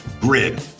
grid